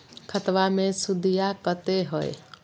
खतबा मे सुदीया कते हय?